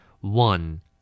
One